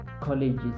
colleges